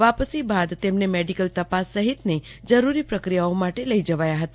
વાપસી બાદ તેમને મેડીકલ તપાસ સહિતની જરૂરી પ્રક્રિયાઓ માટે લઈ જવાયા હતા